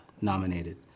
nominated